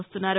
వస్తున్నారు